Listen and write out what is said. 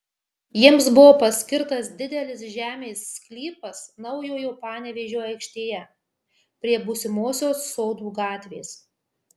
jiems buvo paskirtas didelis žemės sklypas naujojo panevėžio aikštėje prie būsimosios sodų gatvės